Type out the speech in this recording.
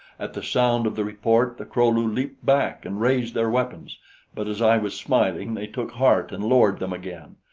at the sound of the report, the kro-lu leaped back and raised their weapons but as i was smiling, they took heart and lowered them again,